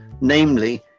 Namely